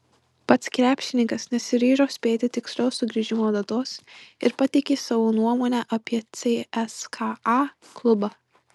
pats krepšininkas nesiryžo spėti tikslios sugrįžimo datos ir pateikė savo nuomonę apie cska klubą